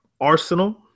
Arsenal